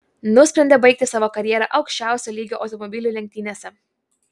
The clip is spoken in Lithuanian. nusprendė baigti savo karjerą aukščiausio lygio automobilių lenktynėse